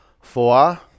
Four